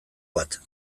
bat